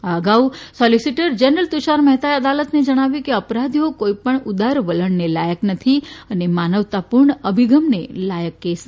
આ અગાઉ solicitor general Tushar મહેતાએ અદાલતને જણાવ્યું કે અપરાધીઓ કોઇપણ ઉદાર વલણને લાયક નથી અને માનવતાપૂર્ણ અભિગમને લાયક કેસ નથી